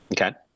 Okay